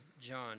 John